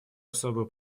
особую